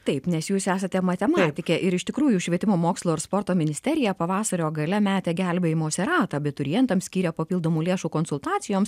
taip nes jūs esate matematikė ir iš tikrųjų švietimo mokslo ir sporto ministerija pavasario gale metė gelbėjimosi ratą abiturientams skyrė papildomų lėšų konsultacijoms